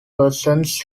peasants